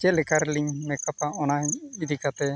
ᱪᱮᱫ ᱞᱮᱠᱟᱨᱮᱞᱚᱤᱧ ᱢᱮᱠᱟᱯᱟ ᱚᱱᱟ ᱤᱫᱤ ᱠᱟᱛᱮ